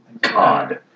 God